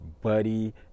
buddy